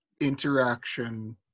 interaction